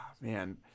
Man